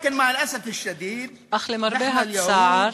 אך למרבה הצער,